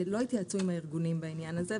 לא התייעצו עם הארגונים בעניין הזה,